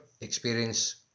experience